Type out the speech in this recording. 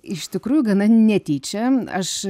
iš tikrųjų gana netyčia aš